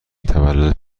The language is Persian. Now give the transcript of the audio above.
تولد